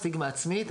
סטיגמה עצמית,